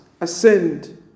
ascend